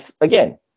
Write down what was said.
Again